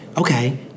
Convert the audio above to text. okay